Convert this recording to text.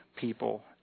people